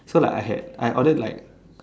so like I had I ordered like